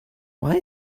why